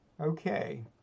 Okay